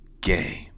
game